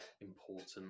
important